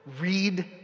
Read